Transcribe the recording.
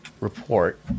report